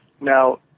Now